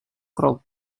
crowd